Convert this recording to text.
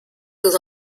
aux